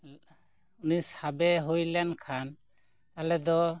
ᱩᱱᱤ ᱥᱟᱵᱮ ᱦᱩᱭ ᱞᱮᱱ ᱠᱷᱟᱱ ᱛᱟᱦᱚᱞᱮ ᱫᱚ